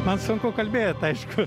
man sunku kalbėt aišku